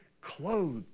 clothed